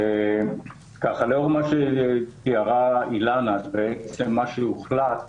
לאור מה שתיארה אילנה, לאור מה שהוחלט